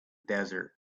desert